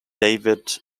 david